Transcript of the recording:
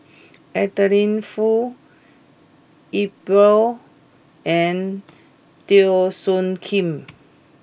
Adeline Foo Iqbal and Teo Soon Kim